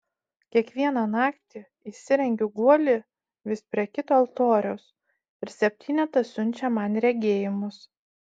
kiekvieną naktį įsirengiu guolį vis prie kito altoriaus ir septynetas siunčia man regėjimus